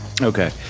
Okay